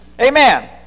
Amen